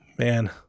Man